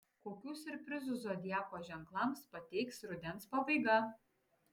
kokių siurprizų zodiako ženklams pateiks rudens pabaiga